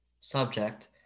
subject